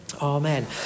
Amen